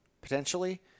potentially